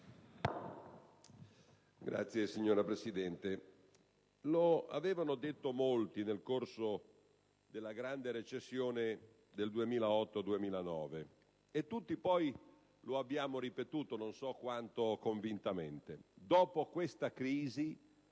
*(PD)*. Signora Presidente, lo avevano detto in molti nel corso della grande recessione del 2008-2009 e tutti, poi, lo abbiamo ripetuto, non so quanto convintamente: dopo questa crisi,